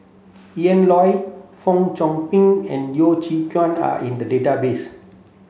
Ian Loy Fong Chong Pik and Yeo Chee Kiong are in the database